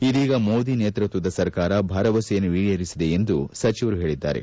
ಇದೀಗ ಮೋದಿ ನೇತೃತ್ವದ ಸರ್ಕಾರ ಭರವಸೆಯನ್ನು ಈಡೇರಿಸಿದೆ ಎಂದು ಸಚಿವರು ಹೇಳಿದ್ದಾರೆ